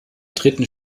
dritten